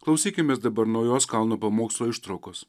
klausykimės dabar naujos kalno pamokslo ištraukos